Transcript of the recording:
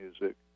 music